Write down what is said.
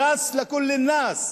ש"ס לכול אל-נאס.